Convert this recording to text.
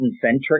centric